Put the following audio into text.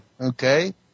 Okay